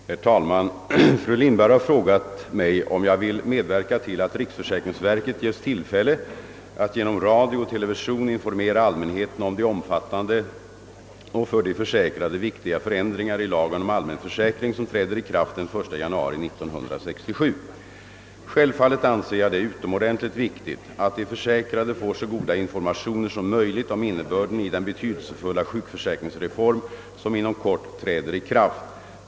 Herr talman! Fru Lindberg har frågat mig, om jag vill medverka till att riksförsäkringsverket ges tillfälle att genom radio och television informera allmänheten om de omfattande och för de försäkrade viktiga förändringar i lagen om allmän försäkring som träder i kraft den 1 januari 1967. Självfallet anser jag det utomordentligt viktigt att de försäkrade får så goda informationer som möjligt om innebörden i den betydelsefulla sjukförsäkringsreform som inom kort träder i kraft.